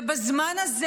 ובזמן הזה,